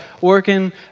working